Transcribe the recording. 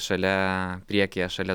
šalia priekyje šalia